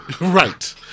Right